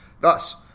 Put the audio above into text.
Thus